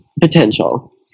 Potential